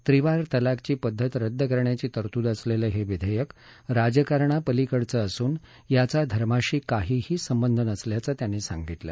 त्रिवार तलाकची पद्धत रद्द करण्याची तरतूद असलेलं हे विधेयक राजकारणापलिकडचं असून याचा धर्माशी काहीही संबंध नसल्याचं ते म्हणाले